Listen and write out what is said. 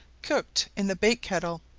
cooked in the bake-kettle,